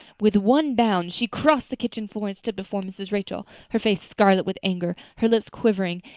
with one bound she crossed the kitchen floor and stood before mrs. rachel, her face scarlet with anger, her lips quivering,